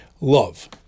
love